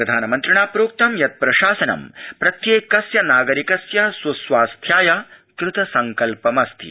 प्रधानमन्त्रिणा प्रोक्तं यत् प्रशासनं प्रत्येकस्य नागरिकस्य सुस्वास्थ्याय कृतसंकल्पमस्ति